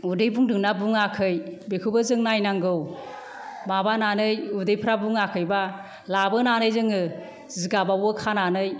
उदै बुंदोंना बुङाखै बेखौबो जों नायनांगौ माबानानै उदैफ्रा बुङाखैबा लाबोनानै जोङो जिगाबावबो खानानै